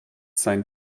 sein